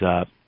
up